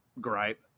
gripe